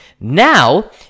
Now